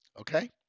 okay